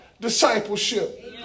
discipleship